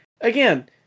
Again